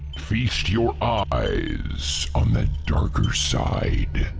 feast your eyes on the darker side.